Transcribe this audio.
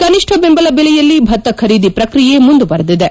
ಕನಿಷ್ಠ ದೆಂಬಲ ದೆಲೆಯಲ್ಲಿ ಭತ್ತ ಖರೀದಿ ಪ್ರಕ್ರಿಯೆ ಮುಂದುವರೆದಿದೆ